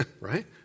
right